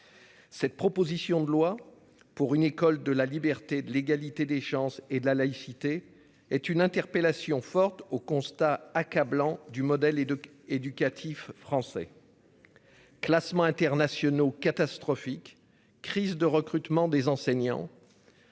Cette proposition de loi pour une école de la liberté de l'égalité des chances et de la laïcité est une interpellation forte au constat accablant du modèle et de éducatif français. Classements internationaux catastrophique. Crise de recrutement des enseignants.